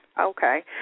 Okay